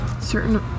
certain